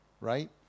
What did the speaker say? Right